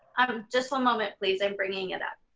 um just a moment please. i'm bringing it up.